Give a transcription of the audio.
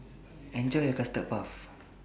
Enjoy your Custard Puff